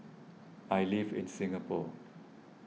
I live in Singapore